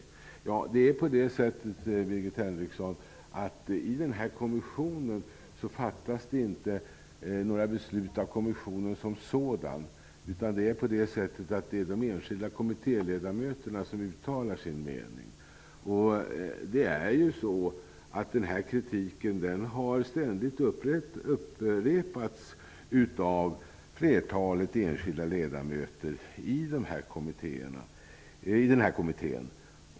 Det är så, Birgit Henriksson, att det inte fattas några beslut av kommissionen som sådan. Det är de enskilda kommittéledamöterna som uttalar sin mening. Den här kritiken har ständigt upprepats av flertalet enskilda ledamöter i den här kommittén.